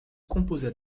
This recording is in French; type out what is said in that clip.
composa